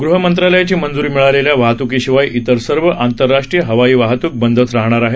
गृह मंत्रालयाची मंजूरी मिळालेल्या वहातुकीशिवाय इतर सर्व आंतरराष्ट्रीय हवाई वहातुक बंदच राहाणार आहे